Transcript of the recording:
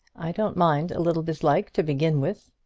i don't mind a little dislike to begin with.